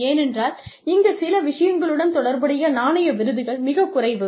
ஏனென்றால் இங்கு சில விஷயங்களுடன் தொடர்புடைய நாணய விருதுகள் மிகக் குறைவு